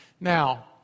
Now